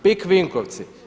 PIK Vinkovci?